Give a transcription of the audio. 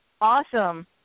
Awesome